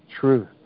truth